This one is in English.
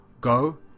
Go